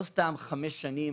לא סתם חמש שנים,